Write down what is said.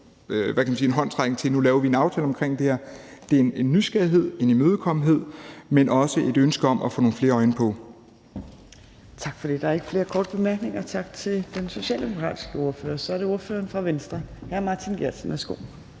hvad kan man sige – heller ikke en håndsrækning til, at vi nu laver en aftale omkring det her, men det er en nysgerrighed, en imødekommenhed, men også et ønske om at få nogle flere øjne på. Kl. 13:23 Tredje næstformand (Trine Torp): Tak for det. Der er ikke flere korte bemærkninger. Tak til den socialdemokratiske ordfører. Så er det ordføreren for Venstre, hr. Martin Geertsen.